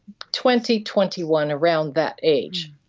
twenty twenty one, around that age.